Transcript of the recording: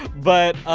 but,